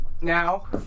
now